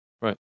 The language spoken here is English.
Right